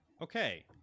Okay